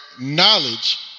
knowledge